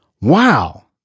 Wow